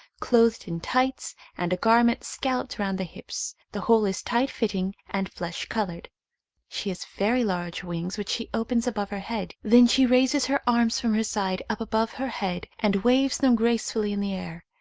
clothed in tights and a garment scalloped round the hips the whole is tight-fitting and flesh-coloured she has very large wings which she opens above her head then she raises her arms from her side up above her head and waves them gracefully in the air.